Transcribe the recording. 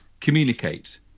Communicate